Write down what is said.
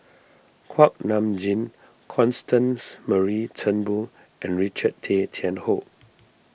Kuak Nam Jin Constance Mary Turnbull and Richard Tay Tian Hoe